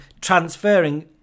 transferring